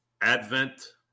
Advent